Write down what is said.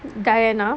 diana